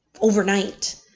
Overnight